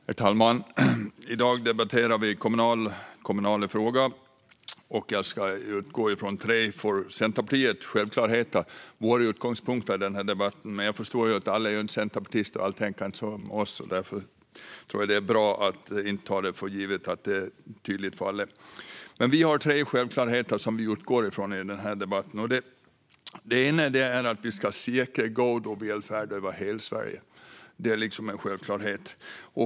Herr talman! I dag debatterar vi kommunala frågor. Jag kommer att utgå från tre saker som är självklarheter för Centerpartiet. Vår utgångspunkt är denna debatt, men jag förstår att alla inte är centerpartister och tänker som vi. Därför tror jag att det är bra att inte ta för givet att det är tydligt för alla. Vi har alltså tre självklarheter som vi utgår från i denna debatt, och den första är att vi ska säkra en god välfärd över hela Sverige. Detta är en självklarhet.